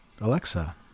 Alexa